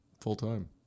full-time